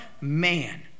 man